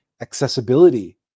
accessibility